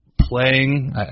playing